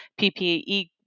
PPE